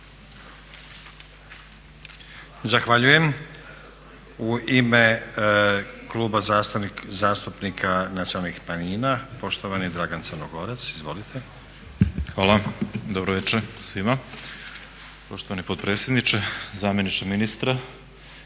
Zahvaljujem. U ime Kluba zastupnika Nacionalnih manjina poštovani Dragan Crnogorac. Izvolite. **Crnogorac, Dragan (SDSS)** Hvala. Dobro veče svima. Poštovani potpredsjedniče, zamjeniče ministra,